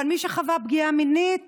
אבל מי שחווה פגיעה מינית